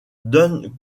dan